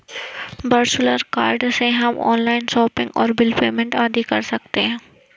virtual card से हम online shopping और बिल पेमेंट आदि कर सकते है